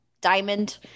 diamond